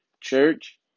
church